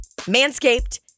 Manscaped